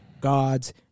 gods